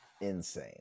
insane